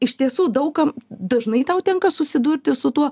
iš tiesų daug kam dažnai tau tenka susidurti su tuo